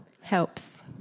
helps